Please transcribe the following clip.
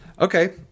Okay